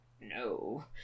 no